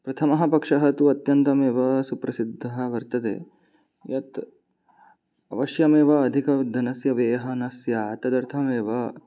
प्रथमः पक्षः तु अत्यन्तमेव सुप्रसिद्धः वर्तते यत् अवश्यमेव अधिकधनस्य व्ययः न स्यात् तदर्थमेव